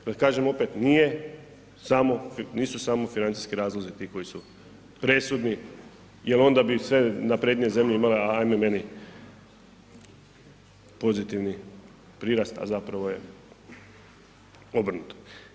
Zato kažem opet, nisu samo financijski razlozi ti koji su presudni jer onda bi sve naprednije zemlje imale, ajme meni, pozitivni prirast, a zapravo je obrnuto.